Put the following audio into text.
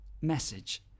message